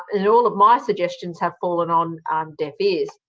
and all of my suggestions have fallen on deaf ears.